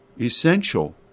essential